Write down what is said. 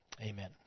Amen